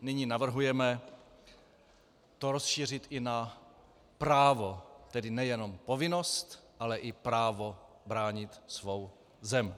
Nyní to navrhujeme rozšířit i na právo, tedy nejenom povinnost, ale i právo bránit svou zem.